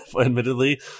admittedly